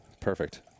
Perfect